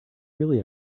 really